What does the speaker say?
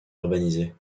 urbanisée